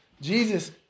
Jesus